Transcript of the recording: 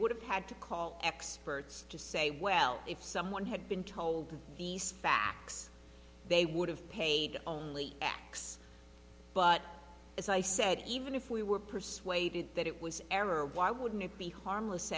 would have had to call experts to say well if someone had been told these facts they would have paid only x but as i said even if we were persuaded that it was an error why wouldn't it be harmless